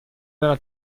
della